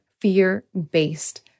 fear-based